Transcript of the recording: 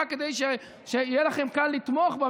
רק כדי שיהיה לכם קל לתמוך בה,